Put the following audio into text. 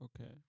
Okay